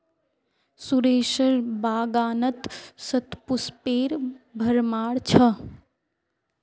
सुरेशेर बागानत शतपुष्पेर भरमार छ